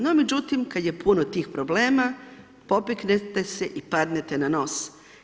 No međutim, kada je puno tih problema, podignete se i padnete na nos.